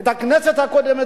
את הכנסת הקודמת,